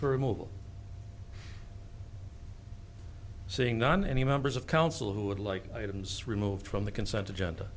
for a mobile seeing none any members of council who would like items removed from the consent agenda